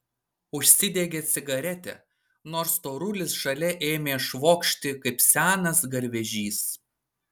užsidegė cigaretę nors storulis šalia ėmė švokšti kaip senas garvežys